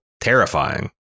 terrifying